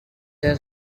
has